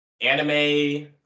anime